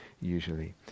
usually